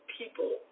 people